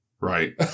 right